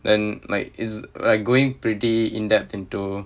then like it's like going pretty in-depth into